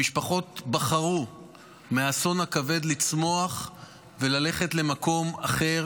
המשפחות בחרו מהאסון הכבד לצמוח וללכת למקום אחר,